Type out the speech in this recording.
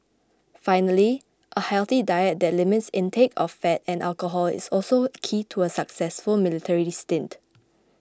finally a healthy diet that limits intake of fat and alcohol is also key to a successful military stint